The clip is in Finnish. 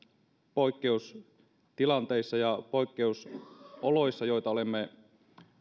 poikkeustilanteissa ja poikkeusoloissa joita olemme